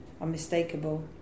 unmistakable